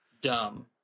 dumb